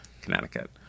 Connecticut